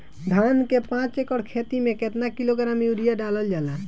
धान के पाँच एकड़ खेती में केतना किलोग्राम यूरिया डालल जाला?